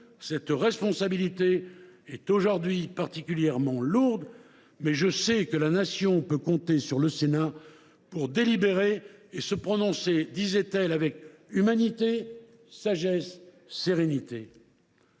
Cette responsabilité est aujourd’hui particulièrement lourde. Mais je sais que la nation peut compter sur le Sénat pour délibérer et se prononcer avec humanité, sagesse et sérénité. »